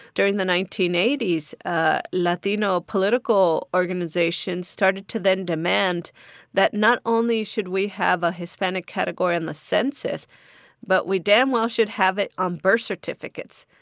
during the nineteen eighty s, ah latino political organizations started to then demand that not only should we have a hispanic category on the census but we damn well should have it on birth certificates.